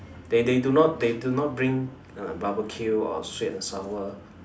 they they do not they do not bring uh barbecue or sweet and sour